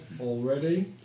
already